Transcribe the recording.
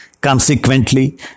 Consequently